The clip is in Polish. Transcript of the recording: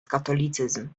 katolicyzm